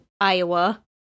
Iowa